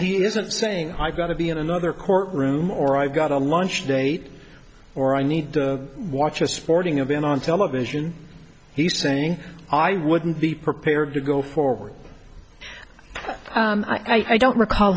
he isn't saying i've got to be in another court room or i've got a lunch date or i need to watch a sporting event on television he's saying i wouldn't be prepared to go forward i don't recall